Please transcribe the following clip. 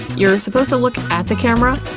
you're supposed to look at the camera.